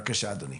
בבקשה אדוני.